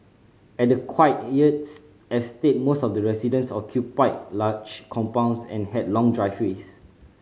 at the quiet estate most of the residence occupied large compounds and had long driveways